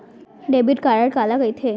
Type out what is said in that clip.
Debit card काला कहिथे?